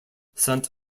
saint